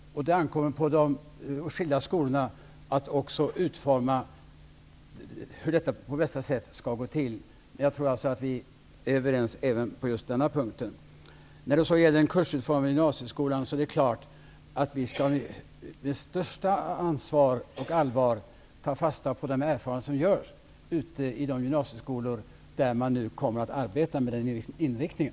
Det ankommer också på de skilda skolorna att utforma hur detta på bästa sätt skall gå till. Jag tror att vi är överens även på denna punkt. När det gäller den kursutformade gymnasieskolan är det klart att vi med största ansvar och allvar skall ta fasta på de erfarenheter som görs i de gymnasieskolor där man nu kommer att arbeta med den inriktningen.